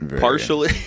partially